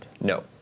No